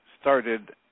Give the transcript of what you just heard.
started